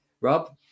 Rob